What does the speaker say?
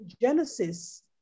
genesis